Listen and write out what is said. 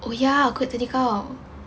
oh ya kau tadi kau